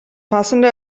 passende